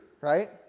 right